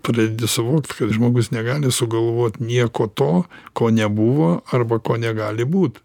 pradedi suvokt kad žmogus negali sugalvot nieko to ko nebuvo arba ko negali būt